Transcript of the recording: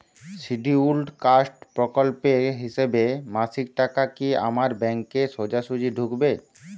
Scheduled caste প্রকল্পের হিসেবে মাসিক টাকা কি আমার ব্যাংকে সোজাসুজি ঢুকবে?